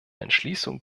entschließung